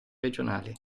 regionali